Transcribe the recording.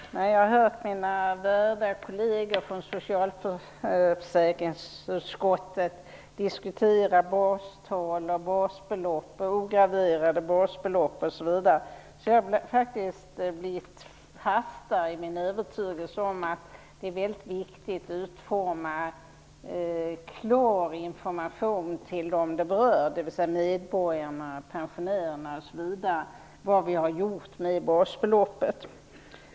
Fru talman! När jag hört mina värderade kolleger från socialförsäkringsutskottet diskutera bastal, basbelopp, ograverade basbelopp, osv. har jag blivit fastare i min övertygelse att det är väldigt viktigt att utforma klar information till dem det berör, dvs. medborgarna, pensionärerna, om vad vi har gjort med basbeloppet.